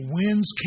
winds